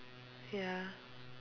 ya